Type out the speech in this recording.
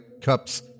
cups